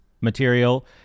material